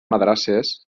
madrasses